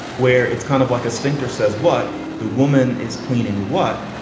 where it's kind of like a sphincter says what the woman is cleaning. what?